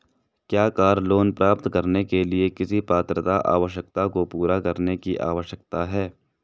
क्या car loan प्राप्त करने के लिए किसी पात्रता आवश्यकता को पूरा करने की आवश्यकता है?